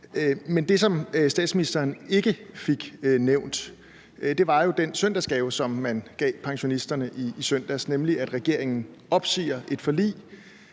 Men det, som statsministeren ikke fik nævnt, var jo den søndagsgave, som man gav pensionisterne i søndags, nemlig at regeringen opsiger et forlig,